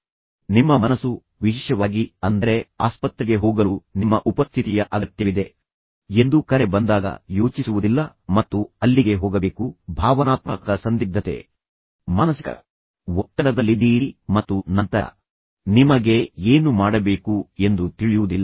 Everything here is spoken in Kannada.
ಆದರೆ ಆ ಕ್ಷಣದಲ್ಲಿ ನಿಮ್ಮ ಮನಸ್ಸು ವಿಶೇಷವಾಗಿ ಅಂದರೆ ಆಸ್ಪತ್ರೆಗೆ ಹೋಗಲು ನಿಮ್ಮ ಉಪಸ್ಥಿತಿಯ ಅಗತ್ಯವಿದೆ ಎಂದು ಕರೆ ಬಂದಾಗ ಯೋಚಿಸುವುದಿಲ್ಲ ಮತ್ತು ನಂತರ ನೀವು ಅಲ್ಲಿಗೆ ಹೋಗಬೇಕು ನೀವು ಭಾವನಾತ್ಮಕ ಸಂದಿಗ್ಧತೆ ಮಾನಸಿಕ ಒತ್ತಡದಲ್ಲಿದ್ದೀರಿ ಮತ್ತು ನಂತರ ನಿಮಗೆ ಏನು ಮಾಡಬೇಕು ಎಂದು ತಿಳಿಯುವುದಿಲ್ಲ